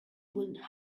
would